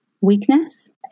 weakness